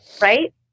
right